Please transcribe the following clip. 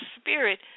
spirit